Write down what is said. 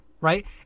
right